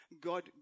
God